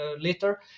later